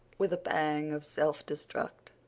with a pang of self-distrust.